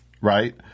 right